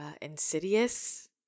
insidious